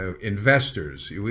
investors